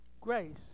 grace